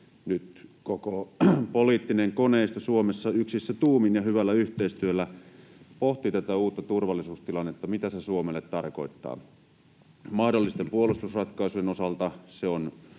nyt koko poliittinen koneisto Suomessa yksissä tuumin ja hyvällä yhteistyöllä pohti tätä uutta turvallisuustilannetta, mitä se Suomelle tarkoittaa mahdollisten puolustusratkaisujen osalta, se on